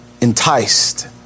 Enticed